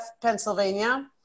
Pennsylvania